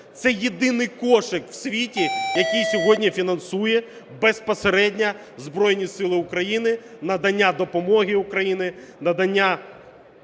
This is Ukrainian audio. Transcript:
Це єдиний кошик у світі, який сьогодні фінансує безпосередньо Збройні Сили України, надання допомоги Україні, надання